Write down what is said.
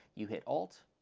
you hit alt,